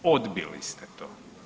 Odbili ste to.